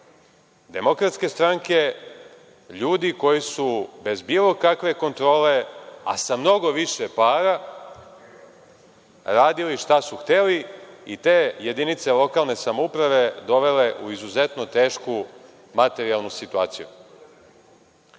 sve nasleđe DS, ljudi koji su bez bilo kakve kontrole, a sa mnogo više para radili šta su hteli i te jedinice lokalne samouprave dovele u izuzetno tešku materijalnu situaciju. Ovim